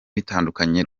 bitandukanye